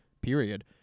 period